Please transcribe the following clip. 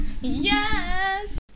Yes